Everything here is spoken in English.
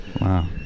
wow